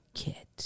kit